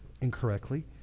incorrectly